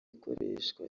ikoreshwa